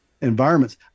environments